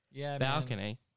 balcony